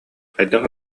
хайдах